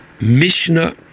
Mishnah